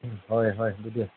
ꯍꯣꯏ ꯍꯣꯏ ꯑꯗꯨꯗꯤ